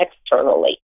externally